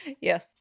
Yes